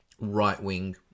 right-wing